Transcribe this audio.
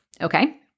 okay